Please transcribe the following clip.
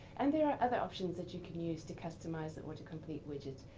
and there are other options that you can use to customize the autocomplete widget.